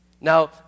Now